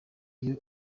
iyo